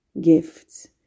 gifts